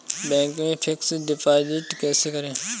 Bank में fix deposit कैसे करें?